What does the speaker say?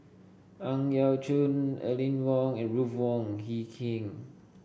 Ang Yau Choon Aline Wong and Ruth Wong Hie King